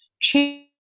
change